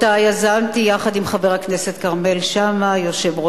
שאותה יזמתי יחד עם חבר הכנסת כרמל שאמה,